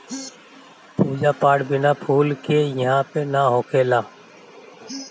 पूजा पाठ बिना फूल के इहां पे ना होखेला